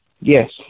Yes